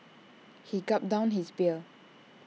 he gulped down his beer